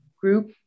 group